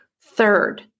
Third